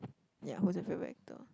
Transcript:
ya whose your favorite actor